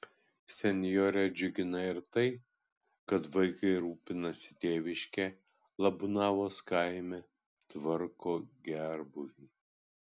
senjorę džiugina ir tai kad vaikai rūpinasi tėviške labūnavos kaime tvarko gerbūvį